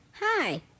Hi